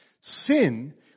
Sin